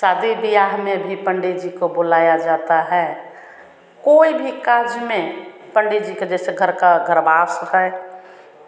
शादी ब्याह में भी पंडित जी को बुलाया जाता है कोई भी कार्य में पंडित जी का जैसे घर का घरवास होता है